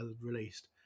released